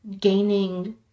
gaining